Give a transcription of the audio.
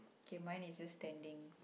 K mine is just standing